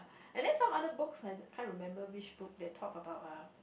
and then some other books I can't remember which book that talk about uh